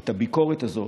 את הביקורת הזאת,